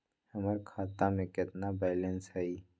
हमर खाता में केतना बैलेंस हई?